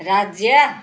राज्य